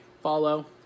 follow